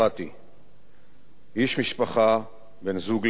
איש משפחה, בן-זוג לאן ואב למופת,